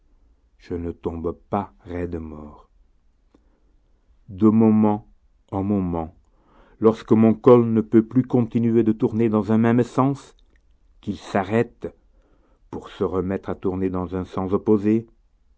je ne tombe pas raide mort de moment en moment lorsque mon col ne peut plus continuer de tourner dans un même sens qu'il s'arrête pour se remettre à tourner dans un sens opposé